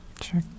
Sure